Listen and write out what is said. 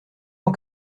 ans